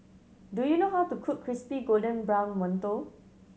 do you know how to cook crispy golden brown mantou